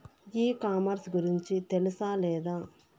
ఈ కామర్స్ గురించి తెలుసా లేదా?